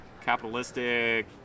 capitalistic